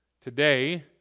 Today